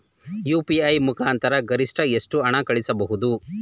UPI ಮುಖಾಂತರ ಗರಿಷ್ಠ ಎಷ್ಟು ಹಣ ಕಳಿಸಬಹುದು?